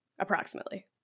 approximately